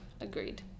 agreed